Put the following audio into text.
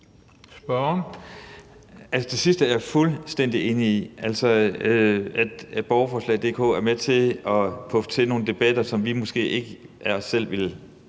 (FG): Det sidste er jeg fuldstændig enig i, altså at www.borgerforslag.dk er med til at puffe til nogle debatter, som vi måske ikke af os selv ville